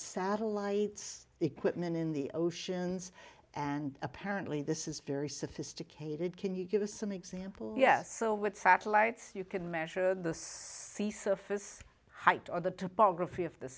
satellites equipment in the oceans and apparently this is very sophisticated can you give us an example yes so with satellites you can measure the sea surface height or the topography of the